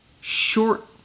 short